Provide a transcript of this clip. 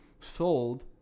sold